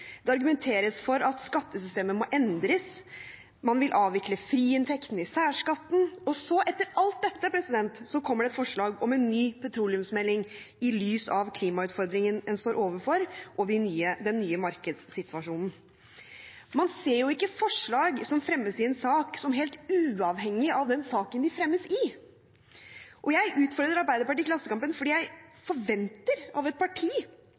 Det argumenteres for at skattesystemet må endres. Man vil avvikle friinntektene i særskatten, og så, etter alt dette, kommer det et forslag om en ny petroleumsmelding i lys av klimautfordringene man står overfor, og den nye markedssituasjonen. Man ser ikke forslag som fremmes i en sak, helt uavhengig av den saken de fremmes i. Jeg utfordret Arbeiderpartiet i Klassekampen fordi jeg forventer av et parti